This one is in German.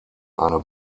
eine